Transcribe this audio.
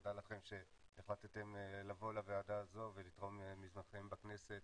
תודה לכם שהחלטתם לבוא לוועדה הזו ולתרום מזמנכם בכנסת